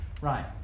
right